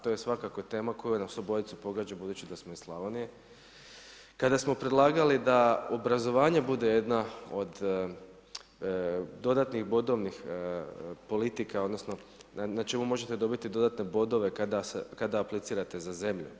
To je svakako tema koja nas obojicu pogađa budući da smo iz Slavonije kada smo predlagali da obrazovanje bude jedna od dodatnih bodovnih politika, odnosno na čemu možete dobiti dodatne bodove kad aplicirate za zemlju.